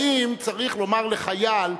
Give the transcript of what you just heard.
אם צריך לומר לחייל,